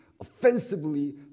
offensively